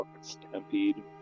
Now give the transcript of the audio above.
Stampede